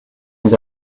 mes